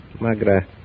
Magra